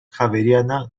javeriana